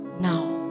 now